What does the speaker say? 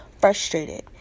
frustrated